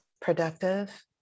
productive